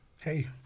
hey